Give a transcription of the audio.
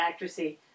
actressy